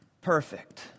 perfect